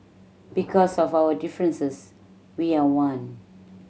because of our differences we are one